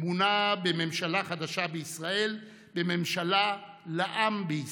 אמונה בממשלה חדשה בישראל, בממשלה לעם בישראל,